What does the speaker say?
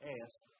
ask